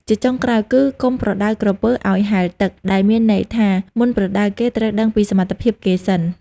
ជាចុងក្រោយគឹ កុំប្រដៅក្រពើឪ្យហែលទឹក វាមានន័យថា មុនប្រដៅគេ ត្រូវដឹងពីសមត្ថភាពគេសិន ។